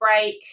break